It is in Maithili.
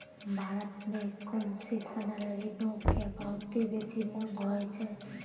भारत मे कोन्सेसनल ऋणो के बहुते बेसी मांग होय छै